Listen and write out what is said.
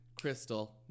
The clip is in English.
Crystal